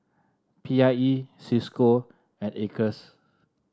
P I E Cisco and Acres